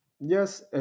Yes